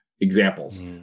Examples